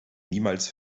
niemals